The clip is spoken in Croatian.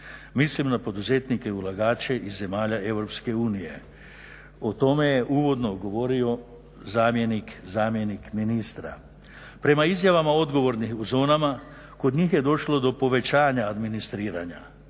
Mislim na poduzetnike i ulagače iz zemalja EU. O tome je uvodno govorio zamjenik ministra. Prema izjavama odgovornih u zonama kod njih je došlo do povećanja administriranja.